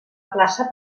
plaça